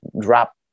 drop